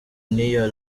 n’iyo